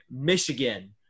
Michigan